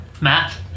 Matt